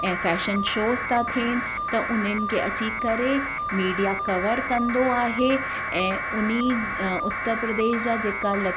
ऐं fashion shows था थियनि त उन्हनि खे अची करे मीडिया कवर कंदो आहे ऐं उन उत्तर प्रदेश जा जेका लटा